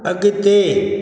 अगि॒ते